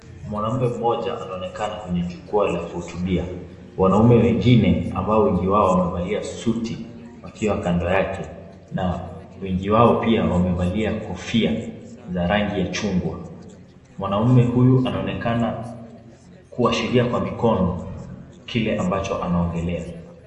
Mwanamme mmoja ana onekana kwenye jukua la kuhutubia. Wanaume wengine ambao wengi wao wamevalia suti wakiwa kando yake na wengi wao pia wamevalia kofia za rangi ya chungwa. Mwanaume huyu anaonekana kuashiria kwa mikono kile ambacho anaongelea.